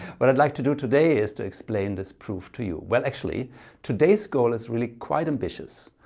but i'd like to do today is to explain this proof to you. well actually today's goal is really quite ambitious.